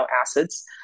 acids